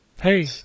Hey